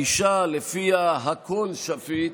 אני לא מקבל את הגישה שלפיה הכול שפיט.